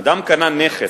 אדם קנה נכס,